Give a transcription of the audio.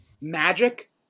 Magic